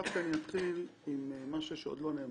אני אתחיל ממשהו שעוד לא נאמר.